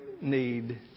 need